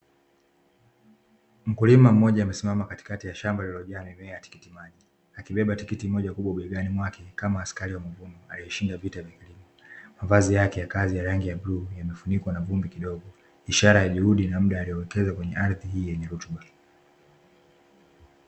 Mkulima mmoja amesimama katikati ya shamba lilijaa mimea tikiti maji akibeba tikiti moja kubwa bei gani mwake ni kama askari wameshinda vita vingi, mavazi yake ya kazi ya rangi ya blue yamefunikwa na bunge kidogo ishara ya juhudi na muda aliwekeza kwenye ardhi hii yenye rutuba.